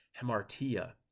hemartia